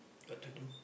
what to do